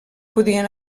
podien